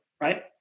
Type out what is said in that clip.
right